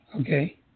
Okay